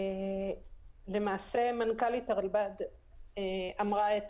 למעשה מנכ"לית הרלב"ד אמרה את